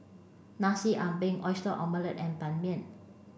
Nasi Ambeng oyster omelette and Ban Mian